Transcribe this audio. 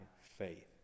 faith